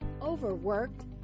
Overworked